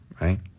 right